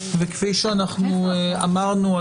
כפי שאנחנו אמרנו,